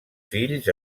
fills